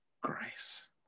grace